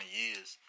years